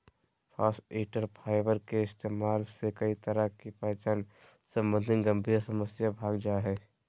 फास्इटर फाइबर के इस्तेमाल से कई तरह की पाचन संबंधी गंभीर समस्या भाग जा हइ